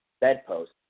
bedpost